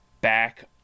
back